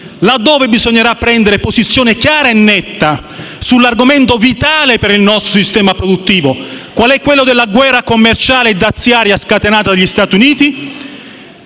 laddove bisognerà prendere una posizione chiara e netta sull'argomento vitale per il nostro sistema produttivo qual è quello della guerra commerciale e daziaria scatenata dagli Stati Uniti?